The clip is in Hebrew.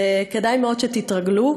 וכדאי מאוד שתתרגלו,